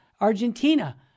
Argentina